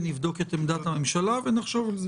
נבדוק את עמדת הממשלה ונחשוב על זה.